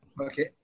okay